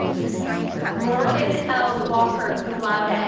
morgan l. walker, cum laude. ah